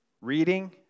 Reading